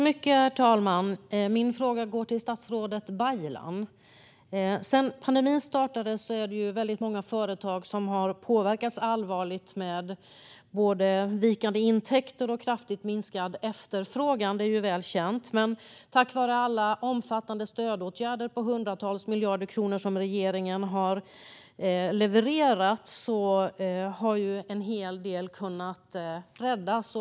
Herr talman! Min fråga går till statsrådet Baylan. Sedan pandemin startade är det väldigt många företag som har påverkats allvarligt av både vikande intäkter och kraftigt minskad efterfrågan. Det är väl känt. Tack vare alla omfattande stödåtgärder på hundratals miljarder kronor som regeringen har levererat har dock en hel del kunnat räddas.